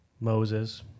Moses